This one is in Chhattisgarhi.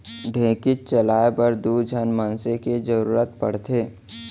ढेंकीच चलाए बर दू झन मनसे के जरूरत पड़थे